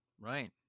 Right